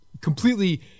completely